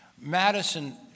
Madison